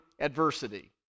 adversity